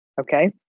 okay